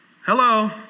Hello